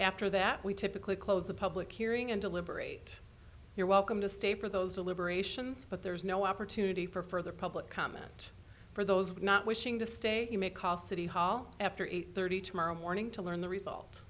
after that we typically close the public hearing and deliberate you're welcome to stay for those deliberations but there is no opportunity for further public comment for those not wishing to stay you may call city hall after eight thirty tomorrow morning to learn the result